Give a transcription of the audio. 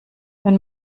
wenn